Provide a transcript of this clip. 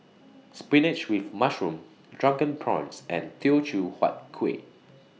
Spinach with Mushroom Drunken Prawns and Teochew Huat Kueh